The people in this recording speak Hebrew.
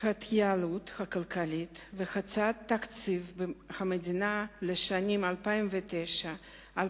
ההתייעלות הכלכלית והצעת תקציב המדינה לשנים 2009 2010